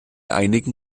einigen